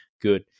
good